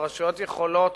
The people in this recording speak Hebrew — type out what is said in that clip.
והרשויות יכולות